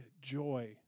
joy